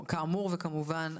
כאמור וכמובן,